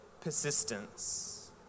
persistence